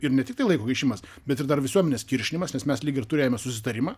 ir ne tiktai laiko gaišimas bet ir dar visuomenės kiršinimas nes mes lyg ir turėjome susitarimą